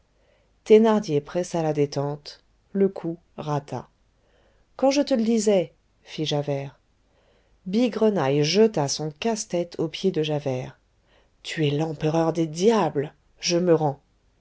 thénardier pressa la détente le coup rata quand je te le disais fit javert bigrenaille jeta son casse-tête aux pieds de javert tu es l'empereur des diables je me rends